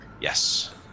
Yes